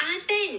Advent